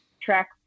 track